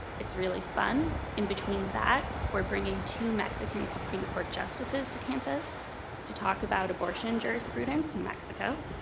it's really fun. in between that, we're bringing two mexican supreme court justices to campus to talk about abortion jurisprudence in mexico,